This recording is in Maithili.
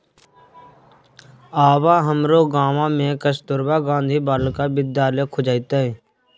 आब हमरो गाम मे कस्तूरबा गांधी बालिका विद्यालय खुजतै